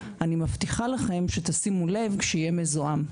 אני מבטיחה לכם שתשימו לב כשיהיה מזוהם.